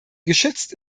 geschützt